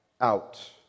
out